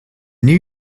new